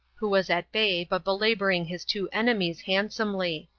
who was at bay but belabouring his two enemies handsomely.